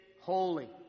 holy